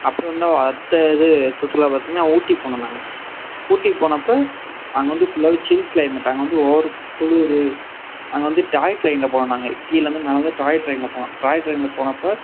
அப்புறோம் வந்து அடுத்த இது சுற்றுலா பார்த்தீங்னா ஊட்டி போனோம் நாங்கள் ஊட்டி போனப்போ அங்கே வந்து ஃபுல்லாவே சில் கிளைமேட் அங்கே வந்து ஓவர் குளிரு அங்கே வந்து டாய் ட்ரெயின்ல போனோம் நாங்கள் கீழே இருந்து மேலே டாய் ட்ரெயின்ல போனோம் டாய் ட்ரெயின்ல போனப்போ